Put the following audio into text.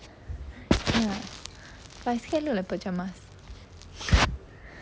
!aiya! but I scared look like pyjamas